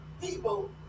people